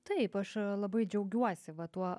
taip aš labai džiaugiuosi va tuo